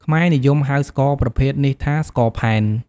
ខ្មែរនិយមហៅស្ករប្រភេទនេះថា ស្ករផែន។